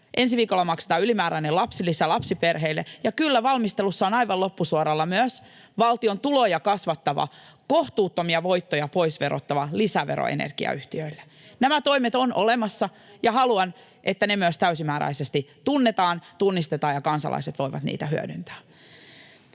Ensi viikolla maksetaan ylimääräinen lapsilisä lapsiperheille, ja kyllä, valmistelussa on aivan loppusuoralla myös valtion tuloja kasvattava, kohtuuttomia voittoja pois verottava lisävero energiayhtiöille. Nämä toimet ovat olemassa, ja haluan, että ne myös täysimääräisesti tunnetaan ja tunnistetaan ja kansalaiset voivat niitä hyödyntää.